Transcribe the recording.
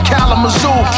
Kalamazoo